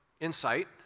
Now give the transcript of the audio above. insight